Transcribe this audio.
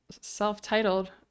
self-titled